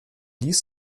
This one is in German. ließ